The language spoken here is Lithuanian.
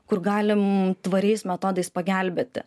kur galim tvariais metodais pagelbėti